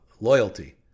loyalty